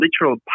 literal